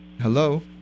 Hello